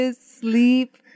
sleep